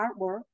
artwork